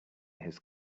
his